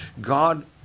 God